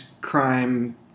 crime